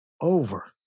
Over